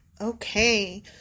Okay